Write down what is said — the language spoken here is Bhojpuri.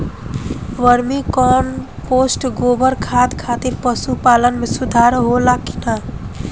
वर्मी कंपोस्ट गोबर खाद खातिर पशु पालन में सुधार होला कि न?